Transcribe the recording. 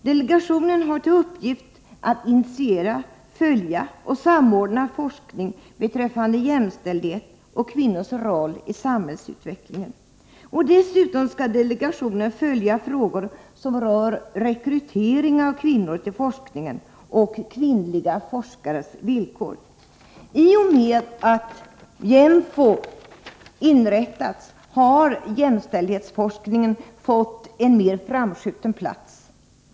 Delegationen har till uppgift att initiera, följa och samordna forskning beträffande jämställdhet och kvinnors roll i samhällsutvecklingen. Dessutom skall delegationen följa frågor som rör rekrytering av kvinnor till forskning och kvinnliga forskares villkor. I och med att JÄMFO inrättats har jämställdhetsforskningen fått en mer framskjuten plats.